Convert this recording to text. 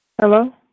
Hello